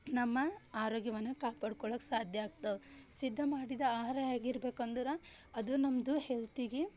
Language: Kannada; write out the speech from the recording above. ನಮ್ಮ ಆರೋಗ್ಯವನ್ನು ಕಾಪಾಡ್ಕೊಳ್ಳೋಕ್ಕೆ ಸಾಧ್ಯ ಆಗ್ತವೆ ಸಿದ್ದ ಮಾಡಿದ ಆಹಾರ ಹೇಗಿರ್ಬೇಕಂದ್ರೆ ಅದು ನಮ್ಮದು ಹೆಲ್ತಿಗೆ